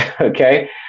Okay